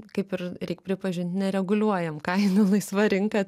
kaip ir reik pripažint nereguliuojam kainų laisva rinka